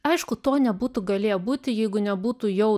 aišku to nebūtų galėję būti jeigu nebūtų jau